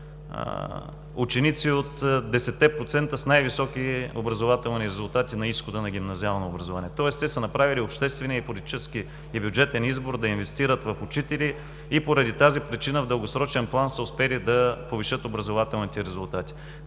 процента с най-високи образователни резултати на изхода на гимназиално образование. Тоест, те са направили обществения, политически и бюджетен избор да инвестират в учители и поради тази причина в дългосрочен план са успели да повишат образователните резултати.